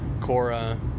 Cora